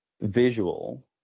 visual